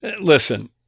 listen